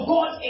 God